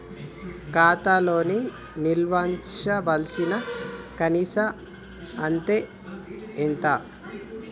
ఖాతా లో నిల్వుంచవలసిన కనీస అత్తే ఎంత?